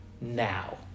now